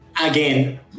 Again